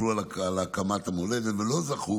שנפלו על הקמת המולדת ולא זכו